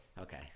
okay